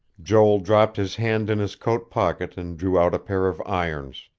joel dropped his hand in his coat pocket and drew out a pair of irons.